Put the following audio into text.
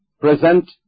present